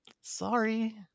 Sorry